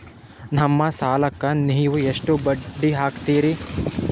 ನಮ್ಮ ಸಾಲಕ್ಕ ನೀವು ಬಡ್ಡಿ ಎಷ್ಟು ಹಾಕ್ತಿರಿ?